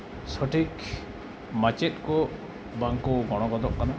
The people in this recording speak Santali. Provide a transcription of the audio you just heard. ᱥᱚᱴᱷᱤᱠ ᱢᱟᱪᱮᱫ ᱠᱚ ᱵᱟᱝᱠᱚ ᱜᱚᱲᱚ ᱜᱚᱫᱚᱜ ᱠᱟᱱᱟ